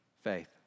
faith